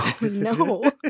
No